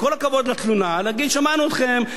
עם כל הכבוד לתלונה, להגיד: שמענו אתכם.